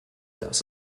das